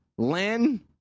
Lynn